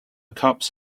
cups